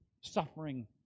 suffering